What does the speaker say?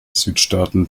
südstaaten